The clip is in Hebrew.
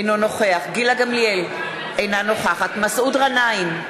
אינו נוכח גילה גמליאל, אינה נוכחת מסעוד גנאים,